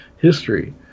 history